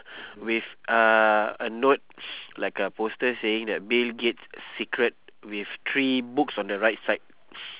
with uh a note like a poster saying that bill gates secret with three books on the right side